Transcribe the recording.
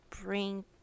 bring